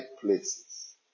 places